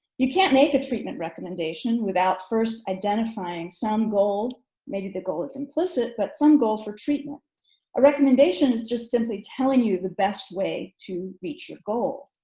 you can't make a treatment recommendation without first identifying some goal maybe the goal is implicit but some goal for treatment, a recommendation is just simply telling you the best way to reach your goal.